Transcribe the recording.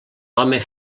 home